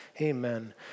Amen